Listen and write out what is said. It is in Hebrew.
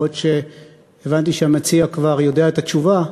הבנתי שהמציע כבר יודע את התשובה,